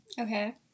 Okay